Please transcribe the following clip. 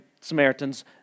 Samaritans